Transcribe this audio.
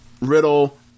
Riddle